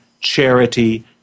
charity